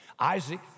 Isaac